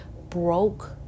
broke